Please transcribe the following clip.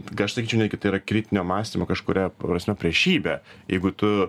kai aš sakyčiau netgi tai yra kritinio mąstymo kažkuria prasme priešybė jeigu tu